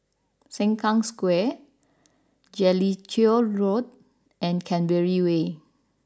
Sengkang Square Jellicoe Road and Canberra Way